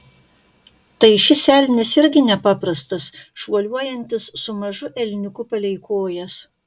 tai šis elnias irgi nepaprastas šuoliuojantis su mažu elniuku palei kojas